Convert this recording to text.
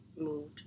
moved